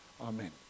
Amen